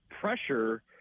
pressure